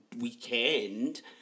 weekend